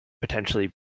potentially